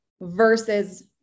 versus